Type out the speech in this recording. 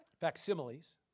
facsimiles